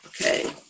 Okay